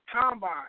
Combine